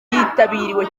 ryitabiriwe